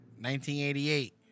1988